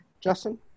Justin